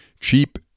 Cheap